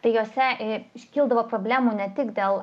tai jose iškildavo problemų ne tik dėl